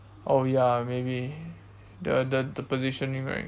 oh ya maybe the the the positioning right